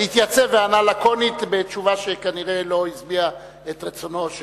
התייצב וענה לקונית בתשובה שכנראה לא השביעה את רצונו של,